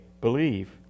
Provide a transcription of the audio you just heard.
believe